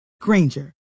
Granger